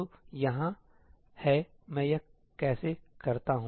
तो यहाँ है मैं यह कैसे करता हैं